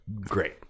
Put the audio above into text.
great